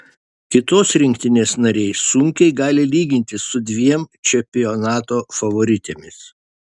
kitos rinktinės nariai sunkiai gali lygintis su dviem čempionato favoritėmis